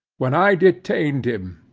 when i detained him,